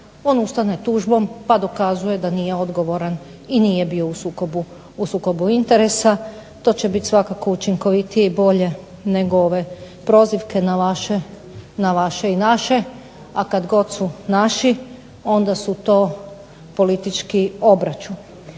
on ustane tužbom pa dokazuje da nije odgovoran i nije bio u sukobu interesa. To će biti svakako učinkovitije i bolje nego ove prozivke na vaše i naše, a kad god su naši onda su to politički obračun.